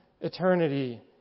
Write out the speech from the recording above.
eternity